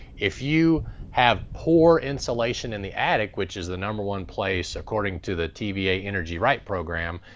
if you have poor insulation in the attic, which is the number one place according to the tva energy right program,